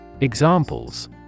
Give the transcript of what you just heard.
Examples